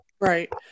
Right